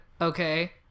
okay